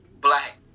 black